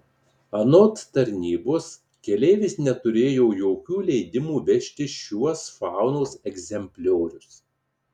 anot tarnybos keleivis neturėjo jokių leidimų vežti šiuos faunos egzempliorius